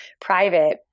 private